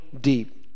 deep